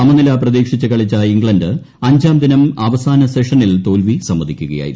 സമനില പ്രതീക്ഷിച്ച് കളിച്ച ഇംഗ്ലണ്ട് അഞ്ചാം ദിനം അവസാന സെഷനിൽ തോൽവി സമ്മതിക്കുകയായിരുന്നു